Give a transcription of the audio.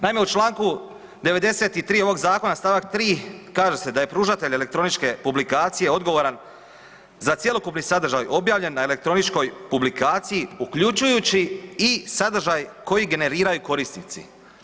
Naime, u čl. 93. ovog zakona, stavak 3., kaže se da je pružatelj elektroničke publikacije odgovaran za cjelokupni sadržaj objavljen na elektroničkoj publikaciji uključujući i sadržaj koji generiraju i korisnici.